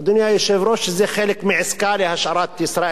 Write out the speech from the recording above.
שזה חלק מעסקה להשארת ישראל ביתנו בתוך הקואליציה.